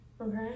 Okay